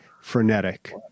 frenetic